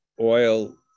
oil